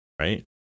right